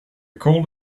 called